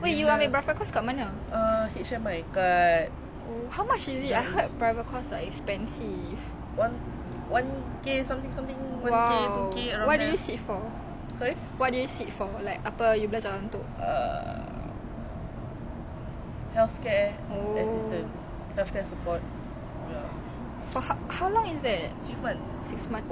for how long how long is that !wow! six months one K !wow! that's good oh ya I mean we all products of capitalism